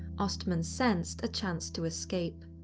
ostman sensed a chance to escape.